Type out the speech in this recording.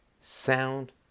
sound